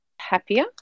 happier